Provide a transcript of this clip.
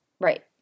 Right